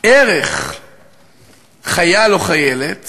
ערך חייל או חיילת